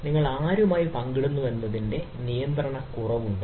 നിങ്ങൾ ആരുമായി പങ്കിടുന്നുവെന്നതിന്റെ നിയന്ത്രണക്കുറവ് ഉണ്ട്